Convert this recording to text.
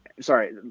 sorry